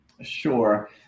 Sure